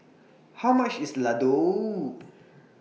How much IS Ladoo